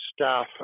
staff